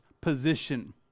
position